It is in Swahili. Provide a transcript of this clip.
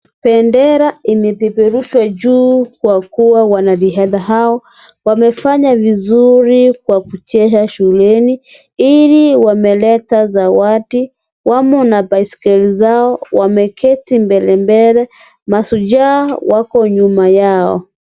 Bendera imepeperushwa juu kwa kuwa wanariadha hawa wamefanya vizuri kwa kucheza shuleni iliwameleta sawadi wamo na baiskeli zao wameketi mbele mbele mashujaa wako nyuma yao.